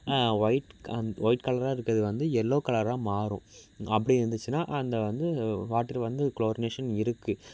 white white கலராக இருக்கிறது வந்து எல்லோ கலராக மாறும் அப்படி இருந்துச்சுன்னா அந்த வந்து வாட்ரு வந்து குளோரினேஷன் இருக்குது